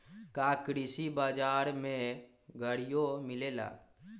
का कृषि बजार में गड़ियो मिलेला?